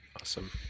awesome